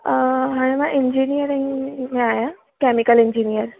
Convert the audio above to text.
हाणे मां इंजीनियरिंग में आहियां केमिकल इंजीनियर